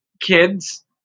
kids